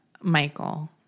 Michael